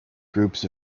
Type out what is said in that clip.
groups